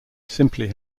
simply